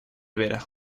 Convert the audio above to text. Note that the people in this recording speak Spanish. vera